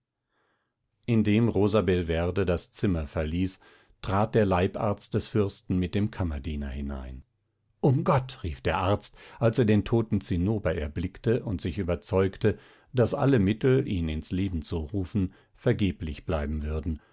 indem rosabelverde das zimmer verließ trat der leibarzt des fürsten mit dem kammerdiener hinein um gott rief der arzt als er den toten zinnober erblickte und sich überzeugte daß alle mittel ihn ins leben zu rufen vergeblich bleiben würden